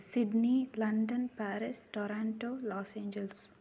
Sydney London Paris Toronto Los Angeles